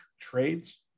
trades